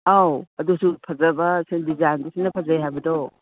ꯑꯧ ꯑꯗꯨꯁꯨ ꯐꯖꯕ ꯁꯤ ꯗꯤꯖꯥꯏꯟꯗꯨ ꯁꯤꯅ ꯐꯖꯩ ꯍꯥꯏꯕꯗꯣ